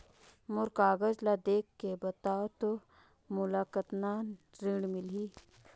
मोर कागज ला देखके बताव तो मोला कतना ऋण मिलही?